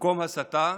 במקום הסתה,